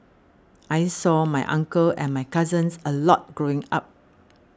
I saw my uncle and my cousins a lot growing up